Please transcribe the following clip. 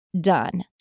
done